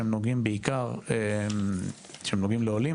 שהם נוגעים לעולים,